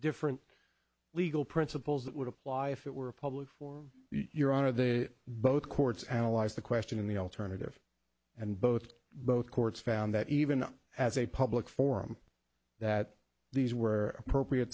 different legal principles that would apply if it were public for your honor they both courts analyzed the question in the alternative and both both courts found that even as a public forum that these were appropriate